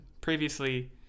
previously